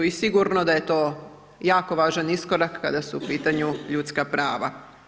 I sigurno da je to jako važan iskorak kada su u pitanju ljudska prava.